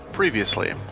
Previously